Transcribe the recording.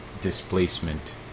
displacement